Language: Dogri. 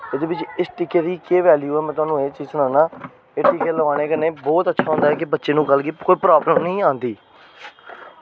ते ओह्दे च हिस्ट्री केह् गल्ल ही में तुसेंगी सनाना एह् टीका लोआनै कन्नै बहोत अच्छा होंदा कि बच्चे गी कल्ल गी प्रॉब्लम निं आंदी